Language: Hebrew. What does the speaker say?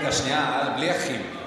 סמוך לימים הלאומיים,